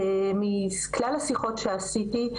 מכלל השיחות שעשיתי,